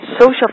social